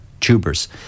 tubers